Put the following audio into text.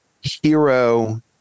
Hero